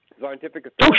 Scientific